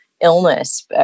illness